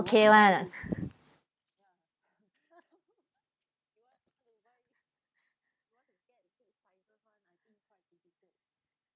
okay [one]